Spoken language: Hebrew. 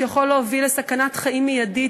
שיכול להוביל לסכנת חיים מיידית,